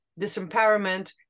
disempowerment